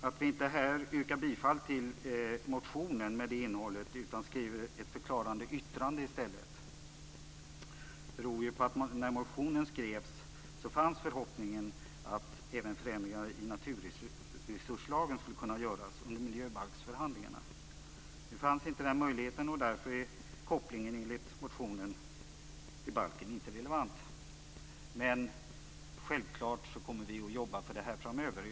Att vi inte yrkar bifall till motionen utan i stället skriver ett förklarande yttrande beror på att det när motionen utformades fanns förhoppning om att det under miljöbalksförhandlingarna skulle kunna göras förändringar i naturresurslagen. Nu fanns inte en sådan möjlighet, och därför är motionens koppling till miljöbalken inte relevant. Självklart kommer vi dock att jobba för det här framöver.